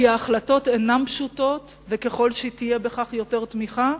כי ההחלטות אינן פשוטות, וככל שתהיה יותר תמיכה,